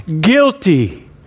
guilty